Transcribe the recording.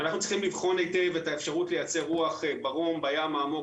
אנחנו צריכים לבחון היטב את האפשרות לייצר רוח ברום בים העמוק,